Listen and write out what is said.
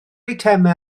eitemau